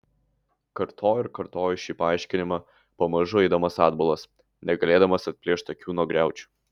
kartojo ir kartojo šį paaiškinimą pamažu eidamas atbulas negalėdamas atplėšti akių nuo griaučių